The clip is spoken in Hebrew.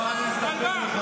כמה הגשתם?